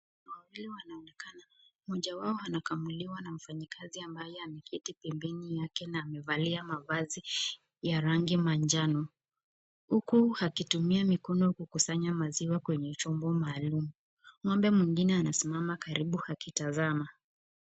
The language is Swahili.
Ng'ombe wawili wanaonekana, mmoja wao anakamuliwa na mfanyakazi ambaye ameketi pembeni yake na amevalia mavazi ya rangi manjano, huku akitumia mikono kukusanya maziwa kwenye chombo maalum, ng'ombe mwingine anasimama karibu akitazama.